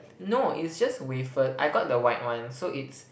no is just wafer I got the white ones so it's